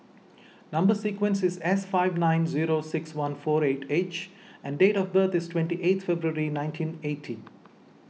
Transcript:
Number Sequence is S five nine zero six one four eight H and date of birth is twenty eight February nineteen eighty